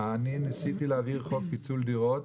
ניסיתי להעביר חוק פיצול דירות